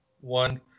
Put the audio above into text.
one